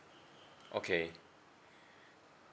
okay